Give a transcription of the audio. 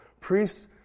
priests